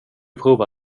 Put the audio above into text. prova